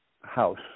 house